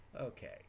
Okay